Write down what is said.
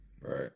Right